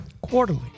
quarterly